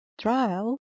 Trial